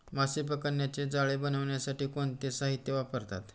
मासे पकडण्याचे जाळे बनवण्यासाठी कोणते साहीत्य वापरतात?